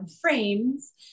frames